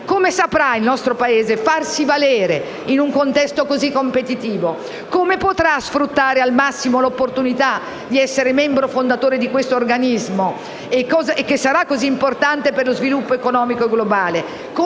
come saprà il nostro Paese farsi valere in un contesto così competitivo? Come potrà sfruttare al massimo l'opportunità di essere membro fondatore di questo organismo che sarà così importante per lo sviluppo economico globale?